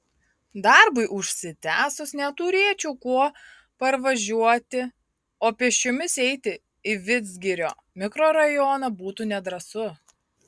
darbui užsitęsus neturėčiau kuo parvažiuoti o pėsčiomis eiti į vidzgirio mikrorajoną būtų nedrąsu